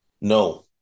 no